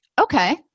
Okay